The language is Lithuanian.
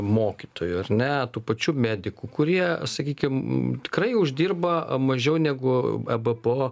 mokytojų ar ne tų pačių medikų kurie sakykim tikrai uždirba mažiau negu arba po